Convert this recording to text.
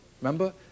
Remember